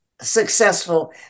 successful